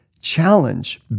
challenge